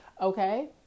Okay